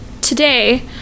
today